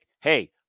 hey